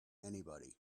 anybody